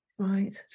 Right